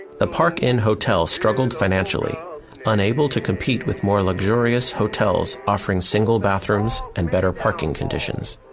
the park inn hotel struggled financially unable to compete with more luxurious hotels offering single bathrooms and better parking conditions.